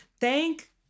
Thank